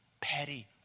Petty